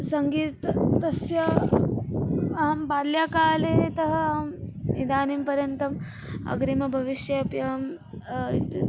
सङ्गीतं तस्य अहं बाल्यकालतः अहम् इदानीं पर्यन्तम् अग्रिमभविष्ये अपि अहम् एतत्